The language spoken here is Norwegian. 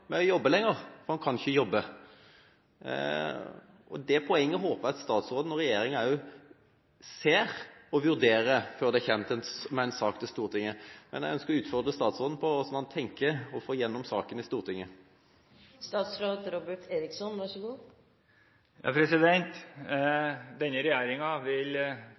med å jobbe lenger – for en kan ikke jobbe. Det poenget håper jeg at statsråden og regjeringa ser og vurderer før de kommer med en sak til Stortinget. Jeg ønsker å utfordre statsråden: Hvordan tenker han å få saken gjennom i Stortinget?